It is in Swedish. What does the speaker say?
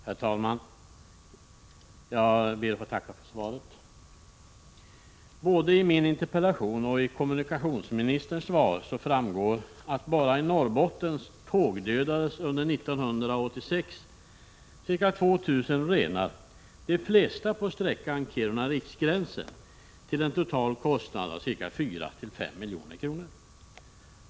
Herr talman! Jag ber att få tacka för svaret. Både av min interpellation och av kommunikationsministerns svar framgår att bara i Norrbotten tågdödades under 1986 ca 2 000 renar, de flesta på sträckan Kiruna-Riksgränsen, till en total kostnad av 4-5 milj.kr.